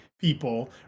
people